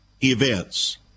events